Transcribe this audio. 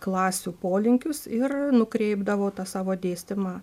klasių polinkius ir nukreipdavau tą savo dėstymą